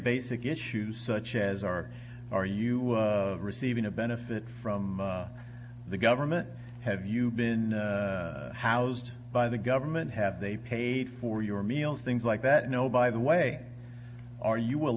basic issues such as are are you receiving benefit from the government have you been housed by the government have they paid for your meals things like that no by the way are you will